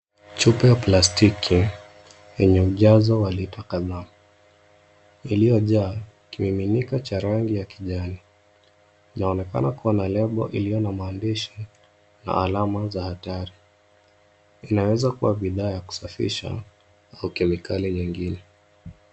Chupa ya plastiki yenye ujazo wa lita kadhaa, iliyojaa kimiminiko cha rangi ya kijani. Inaonekana kuwa na lebo iliyo na maandishi na alama za hatari. Inaweza kuwa bidhaa ya kusafisha au kemikali nyingine.